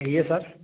कहिए सर